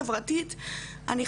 בעיקר ילדים ונוער,